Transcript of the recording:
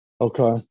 Okay